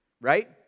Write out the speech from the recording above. right